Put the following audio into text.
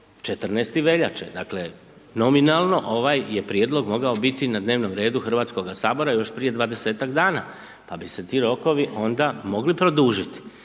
14. veljače, dakle, nominalno, ovaj je prijedlog mogao biti na dnevnom redu HS još prije 20-tak dana, pa bi se ti rokovi onda mogli produžiti.